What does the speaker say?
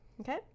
Okay